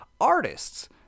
artists